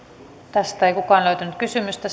tästä ei kukaan löytänyt kysymystä